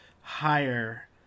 higher